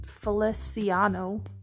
Feliciano